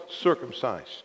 circumcised